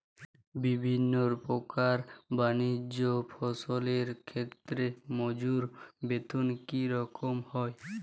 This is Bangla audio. বিভিন্ন প্রকার বানিজ্য ফসলের ক্ষেত্রে মজুর বেতন কী রকম হয়?